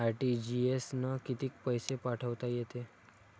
RTGS न कितीक पैसे पाठवता येते?